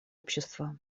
общества